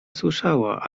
słyszała